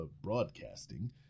broadcasting